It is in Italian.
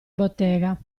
bottega